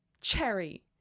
Cherry